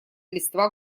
листва